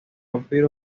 vampiros